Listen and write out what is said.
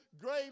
great